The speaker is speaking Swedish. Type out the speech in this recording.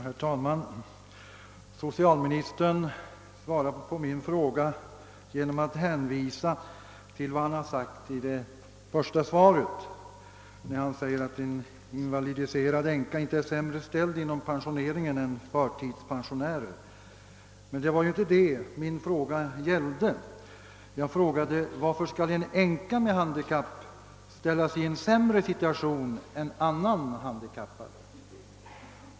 Herr talman! Socialministern svarade på min fråga genom att hänvisa till det besked han givit att »en invalidiserad änka inte är sämre ställd inom pensioneringen än förtidspensionärer i allmänhet». Men det var ju inte detta min fråga gällde. Jag frågade: Varför skall en änka med handikapp ställas i en sämre situation än annan handikappad?